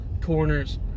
corners